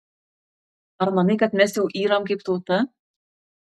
ar manai kad mes jau yram kaip tauta